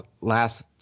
last